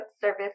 service